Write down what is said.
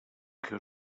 que